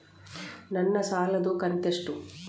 ನನ್ನ ಸಾಲದು ಕಂತ್ಯಷ್ಟು?